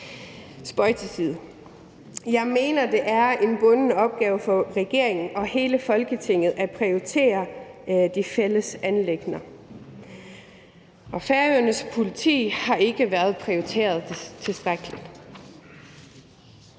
Jeg mener, det er en bunden opgave for regeringen og hele Folketinget at prioritere de fælles anliggender. Og Færøernes politi har ikke været prioriteret tilstrækkeligt.